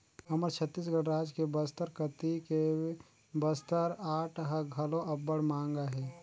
हमर छत्तीसगढ़ राज के बस्तर कती के बस्तर आर्ट ह घलो अब्बड़ मांग अहे